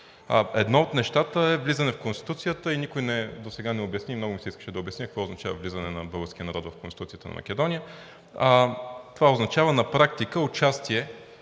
Едно от нещата е влизане в Конституцията и никой досега не обясни и много ми се искаше да обясня какво влиза. „Влизане на българския народ в Конституцията на Македония“, това означава на практика участие